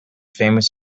famous